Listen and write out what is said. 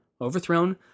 Overthrown